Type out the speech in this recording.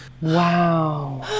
Wow